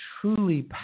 truly